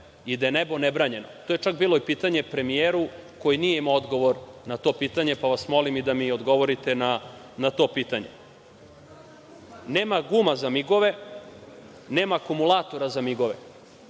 i da je nebo nebranjeno. To je čak bilo i pitanje premijeru na koje nije imao odgovor, pa vas molim da mi odgovorite na to pitanje. Nema guma za migove, nema akumulatora za migove. To